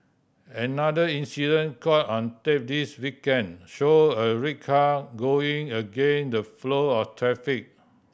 another incident caught on tape this weekend showed a red car going against the flow of traffic